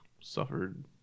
suffered